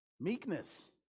Meekness